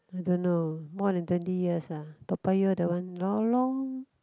I don't know more than twenty years ah Toa-Payoh that one lorong